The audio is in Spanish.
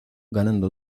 ganando